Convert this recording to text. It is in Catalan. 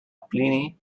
plini